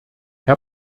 herr